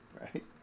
right